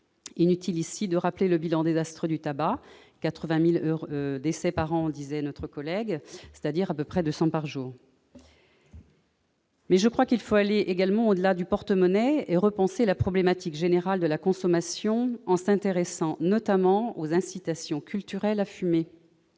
Inutile ici de rappeler le bilan désastreux du tabac : comme le disait notre collègue, 80 000 décès par an, c'est-à-dire à peu près 200 par jour. Je crois qu'il faut aller également au-delà du porte-monnaie et repenser la problématique générale de la consommation en s'intéressant notamment aux incitations culturelles à fumer.